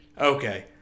Okay